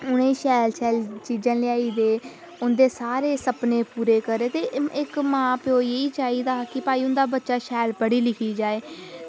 मिगी शैल शैल चीज़ां लेआई दे उंदे सारे सपने पूरे करै ते इक्क मां प्योऽ ई एह् चाहिदा कि भाई उंदा बच्चा शैल पढ़ी लिखी जाए